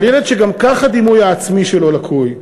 אבל ילד שגם כך הדימוי העצמי שלו לקוי,